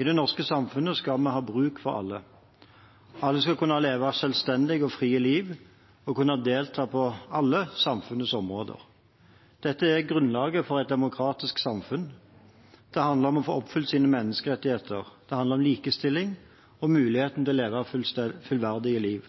I det norske samfunnet skal vi ha bruk for alle. Alle skal kunne leve selvstendige og frie liv og kunne delta på alle samfunnsområder. Dette er grunnlaget for et demokratisk samfunn. Det handler om å få oppfylt sine menneskerettigheter. Det handler om likestilling og muligheten til å leve fullverdige liv.